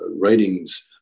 writings